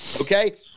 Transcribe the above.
Okay